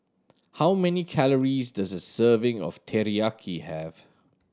how many calories does a serving of Teriyaki have